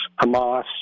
Hamas